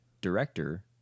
director